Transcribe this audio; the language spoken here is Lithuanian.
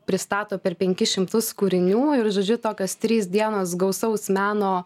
pristato per penkis šimtus kūrinių ir žodžiu tokios trys dienos gausaus meno